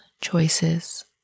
choices